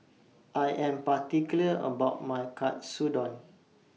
I Am particular about My Katsudon